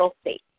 state